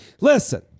Listen